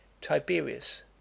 tiberius